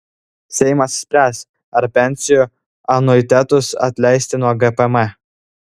seimas spręs ar pensijų anuitetus atleisti nuo gpm